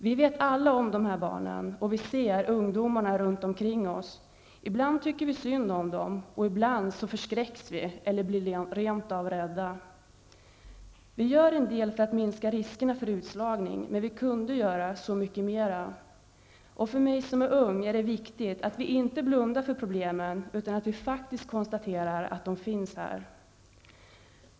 Vi vet alla om de här barnen, och vi ser ungdomarna runt omkring oss. I bland tycker vi synd om dem, och ibland så förskräcks vi eller blir rent av rädda. Vi gör en del för att minska riskerna för utslagning, men vi kunde göra så mycket mer. För mig som är ung är det viktigt att vi inte blundar för problemen, utan att vi faktiskt konstaterar att de finns.